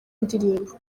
ndirimbo